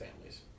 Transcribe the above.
families